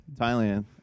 thailand